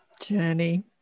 journey